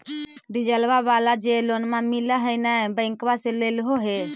डिजलवा वाला जे लोनवा मिल है नै बैंकवा से लेलहो हे?